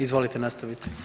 Izvolite, nastavite.